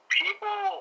people